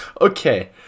Okay